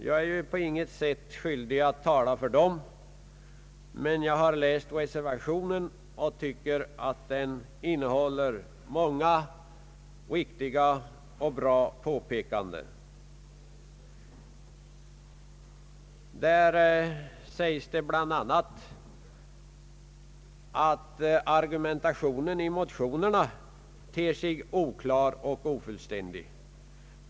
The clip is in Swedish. Jag är på intet sätt skyldig att tala för dem, men jag har läst reservationen och tycker att den innehåller många riktiga och bra påpekanden. Där sägs bl.a. att argumentationen i motionerna ter sig oklar och ofullständig.